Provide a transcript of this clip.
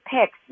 picks